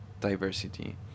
diversity